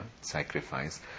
sacrifice